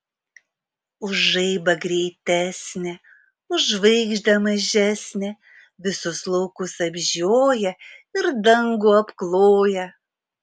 už žaibą greitesnė už žvaigždę mažesnė visus laukus apžioja ir dangų apkloja